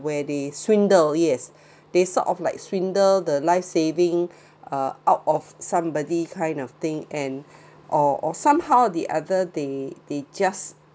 where they swindle yes they sort of like swindle the life saving uh out of somebody kind of thing and or or somehow the other they they just